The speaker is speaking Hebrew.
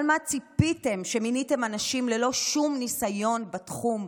אבל מה ציפיתם כשמיניתם אנשים ללא שום ניסיון בתחום,